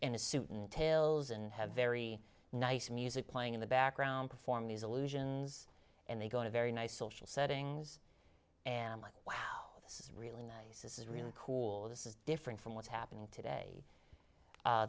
in a suit and tails and have very nice music playing in the background perform these illusions and they go to very nice social settings and i'm like wow this is really nice this is really cool this is different from what's happening today